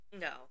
no